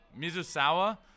Mizusawa